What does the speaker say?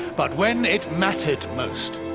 but when it mattered most,